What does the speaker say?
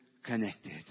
Connected